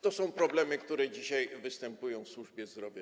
To są problemy, które dzisiaj występują w służbie zdrowia.